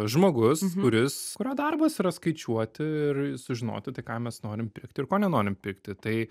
žmogus kuris kurio darbas yra skaičiuoti ir sužinoti tai ką mes norim pirkt ir ko nenorim pirkti tai